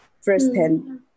firsthand